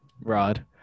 Rod